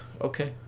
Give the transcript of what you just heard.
okay